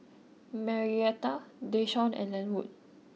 Marietta Deshawn and Lenwood